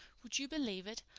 would you believe it?